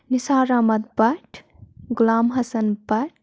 Nisar Ahmad Bhat Ghulam Hassan Bhat